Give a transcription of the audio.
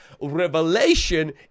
revelation